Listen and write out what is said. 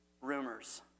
rumors